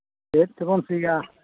ᱪᱮᱫ ᱛᱮᱵᱚᱱ ᱥᱤᱭᱟ